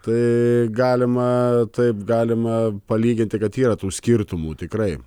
tai galima taip galima palygint kad yra tų skirtumų tikrai